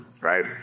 right